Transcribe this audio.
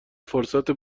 فرصت